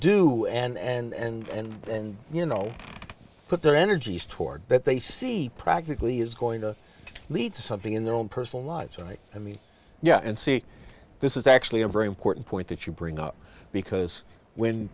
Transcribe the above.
do and and you know put their energies toward that they see practically is going to lead to something in their own personal lives and i mean yeah and see this is actually a very important point that you bring up because when